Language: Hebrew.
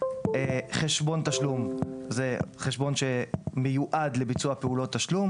"חשבון תשלום" זה חשבון שמיועד לביצוע פעולות תשלום.